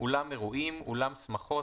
"אולם אירועים" אולם שמחות,